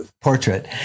portrait